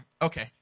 Okay